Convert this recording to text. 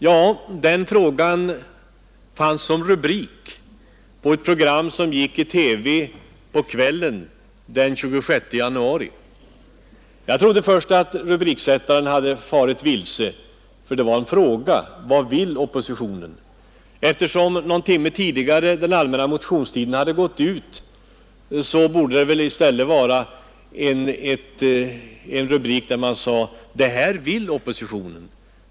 Samma fråga fanns också som rubrik på ett program som sändes i TV på kvällen den 26 januari i år. Först trodde jag att rubriksättaren hade farit vilse, eftersom rubriken var en fråga. Den allmänna motionstiden hade gått ut en timme tidigare, och då tyckte jag att rubriken i stället borde förklara: Detta vill oppositionen!